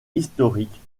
historiques